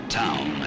town